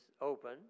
open